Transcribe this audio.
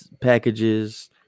packages